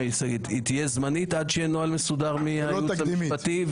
עד שיהיה נוהל מסודר מהייעוץ המשפטי.